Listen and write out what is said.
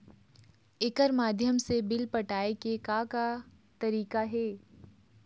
एकर माध्यम से बिल पटाए के का का तरीका हे?